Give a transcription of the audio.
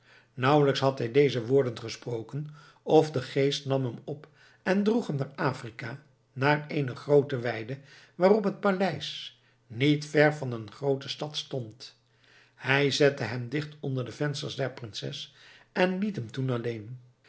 nauwelijks had hij deze woorden gesproken of de geest nam hem op en droeg hem naar afrika naar een groote weide waarop het paleis niet ver van een groote stad stond hij zette hem dicht onder de vensters der prinses en liet hem toen alleen